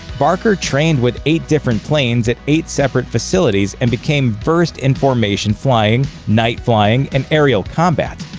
barker trained with eight different planes at eight separate facilities and became versed in formation flying, night flying, and aerial combat.